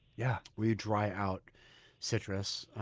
yeah where you dry out citrus.